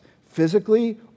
physically